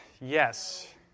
Yes